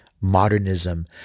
Modernism